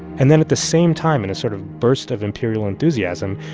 and then at the same time, in a sort of burst of imperial enthusiasm,